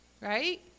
right